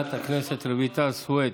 חברת הכנסת רויטל סויד.